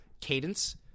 cadence